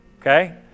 okay